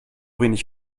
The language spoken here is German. wenig